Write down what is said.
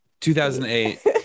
2008